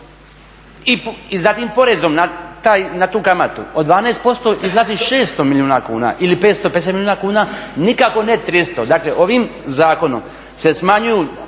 i zatim porezom na tu kamatu od 12% izlazi 600 milijuna kuna ili 550 milijuna kuna, nikako ne 300. Dakle, ovim zakonom se smanjuju